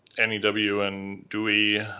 n e w. and dewey